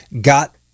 got